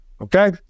Okay